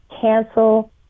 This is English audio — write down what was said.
cancel